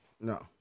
No